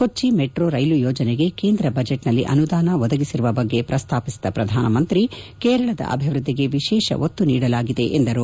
ಕೊಚ್ಚಿ metro ರೈಲು ಯೋಜನೆಗೆ ಕೇಂದ್ರ ಬಜೆಟ್ನಲ್ಲಿ ಅನುದಾನ ಒದಗಿಸಿರುವ ಬಗ್ಗೆ ಪ್ರಸ್ತಾಪಿಸಿದ ಪ್ರಧಾನಮಂತ್ರಿ ಕೇರಳದ ಅಭಿವೃದ್ದಿಗೆ ವಿಶೇಷ ಒತ್ತು ನೀಡಲಾಗಿದೆ ಎಂದರು